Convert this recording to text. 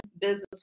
business